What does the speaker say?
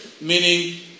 meaning